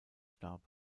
starb